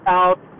out